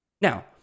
Now